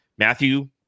Matthew